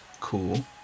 Cool